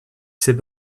s’est